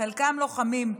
חלקם לוחמים,